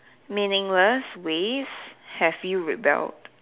meaningless ways have you rebelled